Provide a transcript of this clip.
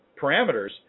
parameters